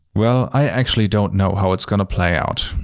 well, i actually don't know how it's gonna play out.